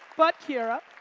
but, kiara,